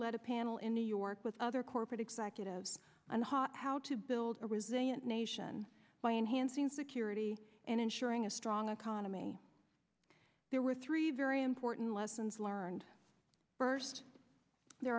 led a panel in new york with other corporate executives on the hot how to build a resilient nation by enhancing security and ensuring a strong economy there were three very important lessons learned first there